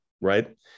right